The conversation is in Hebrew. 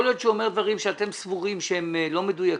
יכול להיות שהוא אומר דברים שאתם סבורים שהם לא מדויקים,